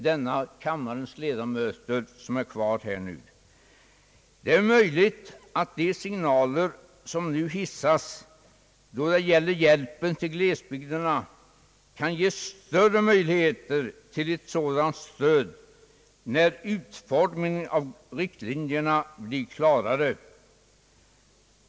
Det är möjligt att de signaler som nu hissas i fråga om hjälpen till glesbygderna kan ge större möjligheter till ett sådant stöd när utformningen av riktlinjerna blir klarare.